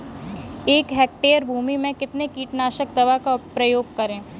एक हेक्टेयर भूमि में कितनी कीटनाशक दवा का प्रयोग करें?